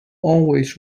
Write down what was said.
always